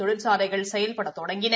தொழிற்சாலைகள் செயல்ட தொடங்கின